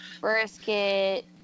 brisket